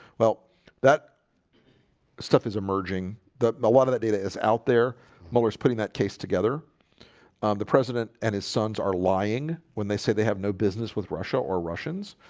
well that stuff is emerging. the a lot of that data is out there motors putting that case together the president and his sons are lying when they say they have no business with russia or russians